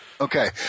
okay